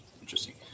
interesting